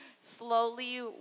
slowly